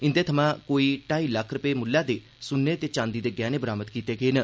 इंदे दौने थमां कोई ढाई लक्ख रपे मुल्लै दे सुन्ने ते चांदी दे गैहने बरामद कीते गे न